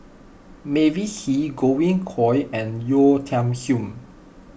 Mavis Hee Godwin Koay and Yeo Tiam Siew